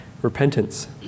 repentance